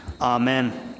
Amen